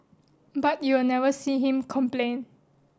but you will never see him complain